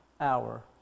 hour